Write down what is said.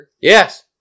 Yes